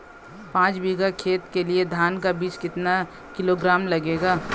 पाँच बीघा खेत के लिये धान का बीज कितना किलोग्राम लगेगा?